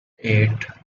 eight